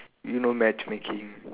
you know matchmaking